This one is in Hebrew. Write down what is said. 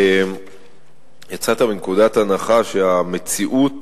יצאת מנקודת הנחה ש"המציאות